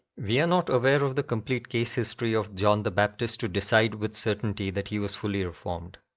we are not aware of the complete case history of john the baptist to decide with certainty that he was fully reformed.